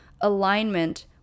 alignment